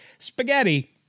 spaghetti